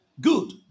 Good